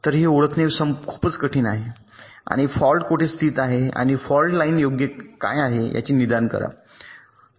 तर हे ओळखणे खूपच कठीण आहे आणि फॉल्ट कोठे स्थित आहे आणि फॉल्ट लाइन योग्य काय आहे याचे निदान करा